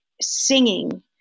singing